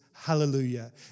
Hallelujah